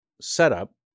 setup